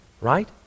Right